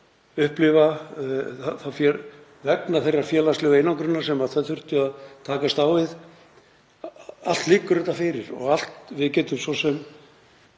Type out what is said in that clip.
upplifa vegna þeirrar félagslegu einangrunar sem þau þurftu að takast á við. Allt liggur þetta fyrir og við getum svo sem